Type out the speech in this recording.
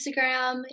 Instagram